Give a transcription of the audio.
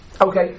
Okay